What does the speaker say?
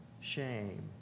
shame